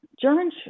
German